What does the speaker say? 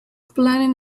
planning